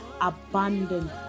abundant